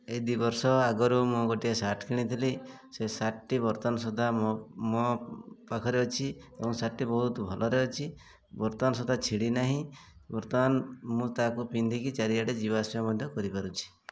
ଏଇ ଦୁଇ'ବର୍ଷ ଆଗରୁ ମୁଁ ଗୋଟିଏ ସାର୍ଟ କିଣିଥିଲି ସେ ସାର୍ଟଟି ବର୍ତ୍ତମାନ ସୁଦ୍ଧା ମୋ ମୋ ପାଖରେ ଅଛି ଏବଂ ସାର୍ଟଟି ବହୁତ ଭଲରେ ଅଛି ବର୍ତ୍ତମାନ ସୁଦ୍ଧା ଛିଡ଼ି ନାହିଁ ବର୍ତ୍ତମାନ ମୁଁ ତା'କୁ ପିନ୍ଧିକି ଚାରିଆଡ଼େ ଯିବା ଆସିବା ମଧ୍ୟ କରିପାରୁଛି